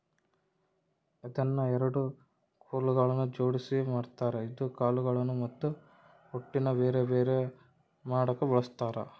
ಇದನ್ನ ಎರಡು ಕೊಲುಗಳ್ನ ಜೊಡ್ಸಿ ಮಾಡಿರ್ತಾರ ಇದು ಕಾಳುಗಳ್ನ ಮತ್ತೆ ಹೊಟ್ಟುನ ಬೆರೆ ಬೆರೆ ಮಾಡಕ ಬಳಸ್ತಾರ